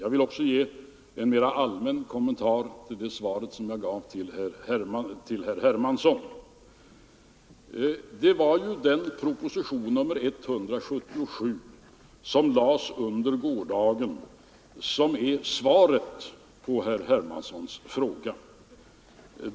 Jag vill också ge en mera allmän kommentar till det svar jag gav till herr Hermansson. Propositionen nr 177, som lades under gårdagen, är ju svaret på herr Hermanssons fråga.